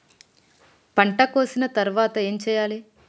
పంట కోసిన తర్వాత ఏం చెయ్యాలి?